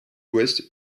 ouest